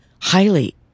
highly